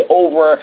over